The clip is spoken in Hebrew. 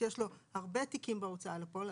כשיש לו הרבה תיקים בהוצאה לפועל.